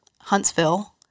Huntsville